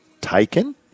taken